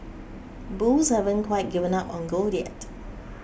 bulls haven't quite given up on gold yet